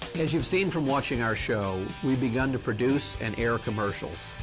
as you've seen from watching our show, we've begun to produce and air commercials.